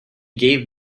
gave